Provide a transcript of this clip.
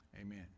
Amen